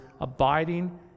abiding